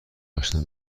اشنا